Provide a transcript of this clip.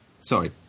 Sorry